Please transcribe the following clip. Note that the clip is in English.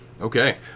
Okay